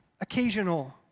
occasional